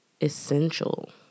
essential